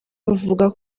buvuga